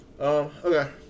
okay